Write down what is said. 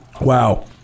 Wow